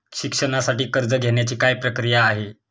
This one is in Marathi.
शिक्षणासाठी कर्ज घेण्याची काय प्रक्रिया आहे?